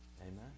Amen